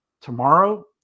Tomorrow